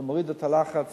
זה מוריד את הלחץ